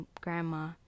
grandma